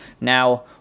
Now